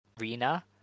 Rina